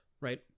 right